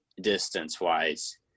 distance-wise